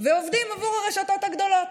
ועובדים עבור הרשתות הגדולות.